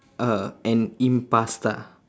uh an impasta